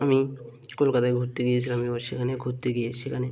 আমি কলকাতায় ঘুরতে গিয়েছিলাম এবার সেখানে ঘুরতে গিয়ে সেখানে